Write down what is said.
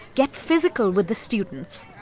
get physical with the students.